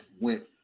went